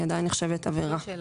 היא עדיין נחשבת עבירה.